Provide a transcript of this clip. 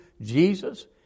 Jesus